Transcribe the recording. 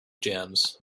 jams